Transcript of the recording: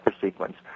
sequence